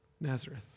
Nazareth